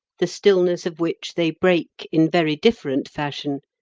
the stillness of which they break in very different fashion,